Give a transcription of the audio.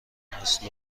است